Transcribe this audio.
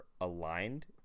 aligned